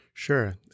Sure